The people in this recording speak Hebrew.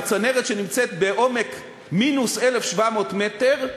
בצנרת שנמצאת בעומק מינוס 1,700 מטר,